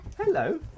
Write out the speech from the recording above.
Hello